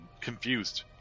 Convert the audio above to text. confused